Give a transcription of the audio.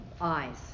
eyes